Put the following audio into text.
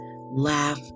laugh